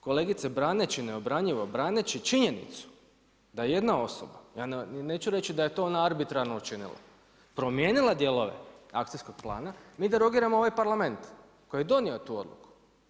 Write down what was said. Kolegice braneći neobranjivo, braneći činjenicu da jedna osoba, ja neću reći da je to ona arbitrarno učinila, promijenila dijelove akcijskog plana mi derogiramo ovaj Parlament koji je donio tu odluku.